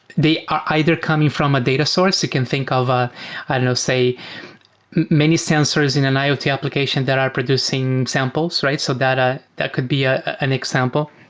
they are either coming from a data source. you can think of ah i don't know, say many sensors in an iot application that are producing samples, right? so data, that could be ah an example.